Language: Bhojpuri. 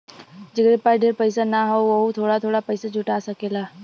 जेकरे पास ढेर पइसा ना हौ वोहू थोड़ा थोड़ा पइसा जुटा सकेला